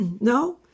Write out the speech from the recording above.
No